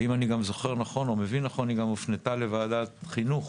ואם אני גם זוכר ומבין נכון היא הופנתה גם לוועדת חינוך,